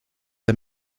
der